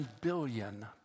billion